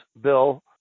bill